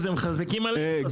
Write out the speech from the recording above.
חזקים עלינו.